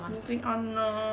moving on lor